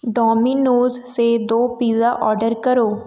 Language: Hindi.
डोमिनोज़ से दो पिज़्ज़ा ऑर्डर करो